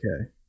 Okay